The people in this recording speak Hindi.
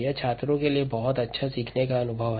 यह छात्रों के लिए बहुत अच्छा सीखने का अनुभव है